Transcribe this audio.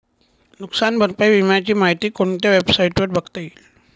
नुकसान भरपाई विम्याची माहिती कोणत्या वेबसाईटवर बघता येईल?